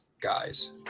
guys